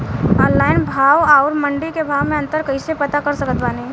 Online भाव आउर मंडी के भाव मे अंतर कैसे पता कर सकत बानी?